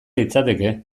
litzateke